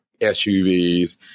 SUVs